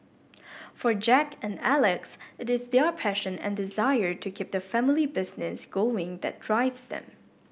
for Jack and Alex it is their passion and desire to keep the family business going that drives them